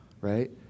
right